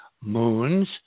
moons